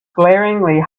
glaringly